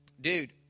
dude